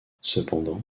cependant